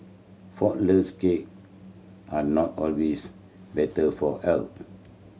flourless cake are not always better for health